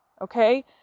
okay